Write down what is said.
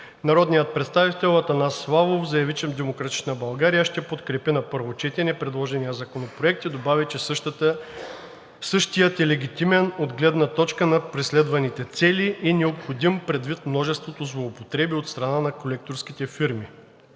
Народният представител Атанас Славов заяви, че „Демократична България“ ще подкрепи на първо четене предложения законопроект, и добави, че същият е легитимен от гледна точка на преследваните цели и необходим, предвид множеството злоупотреби от страна на колекторските фирми.